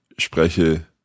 spreche